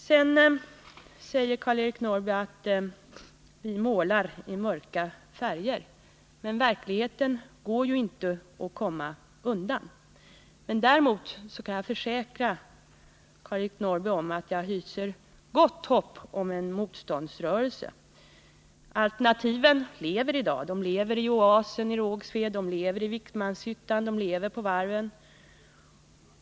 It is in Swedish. Vidare säger Karl-Eric Norrby att vi målar i mörka färger. Men verkligheten går ju inte att komma undan. Däremot kan jag försäkra Karl-Eric Norrby att jag hyser gott hopp om en motståndsrörelse. Alternativen lever i dag. De lever i Oasen i Rågsved, de lever i Vikmanshyttan, de lever på varven.